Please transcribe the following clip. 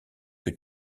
que